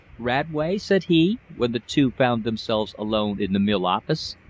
radway, said he, when the two found themselves alone in the mill office,